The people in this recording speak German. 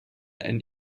ein